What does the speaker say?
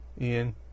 Ian